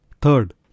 Third